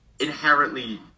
inherently